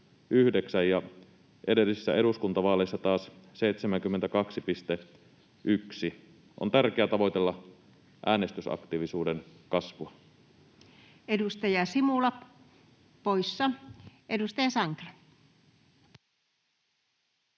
ja edellisissä eduskuntavaaleissa taas 72,1. On tärkeää tavoitella äänestysaktiivisuuden kasvua. [Speech 196] Speaker: